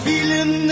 Feeling